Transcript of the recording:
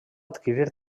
adquirir